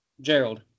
Gerald